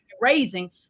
raising